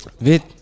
wit